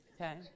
okay